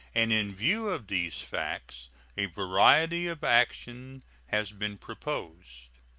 and in view of these facts a variety of action has been proposed.